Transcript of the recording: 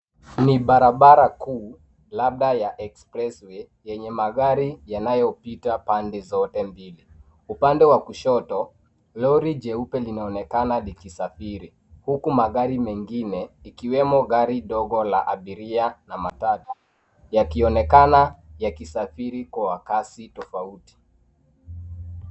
Ni barabara kuu, labda ya expressway , yenye magari yanayopita pande zote mbili. Upande wa kushoto, lori jeupe linaonekana likisafiri, huku magari mengine, ikiwemo gari dogo la abiria na matatu, yakionekana yakisafiri kwa kasi tofauti.